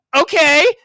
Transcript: okay